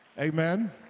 amen